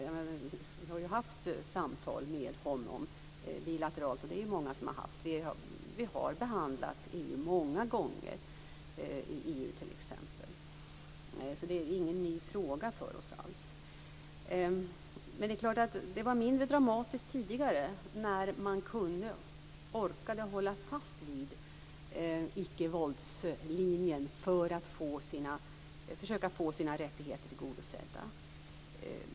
Vi och många andra har haft samtal med honom bilateralt. Vi har behandlat frågan många gånger i t.ex. EU. Det är inte alls någon ny fråga för oss. Det var mindre dramatiskt tidigare när man kunde och orkade hålla fast vid icke-våldslinjen för att försöka få sina rättigheter tillgodosedda.